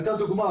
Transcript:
לדוגמה,